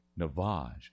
Navaj